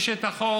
יש את החוק.